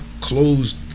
closed